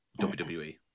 WWE